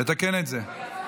לוועדה לביטחון לאומי נתקבלה.